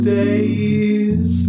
days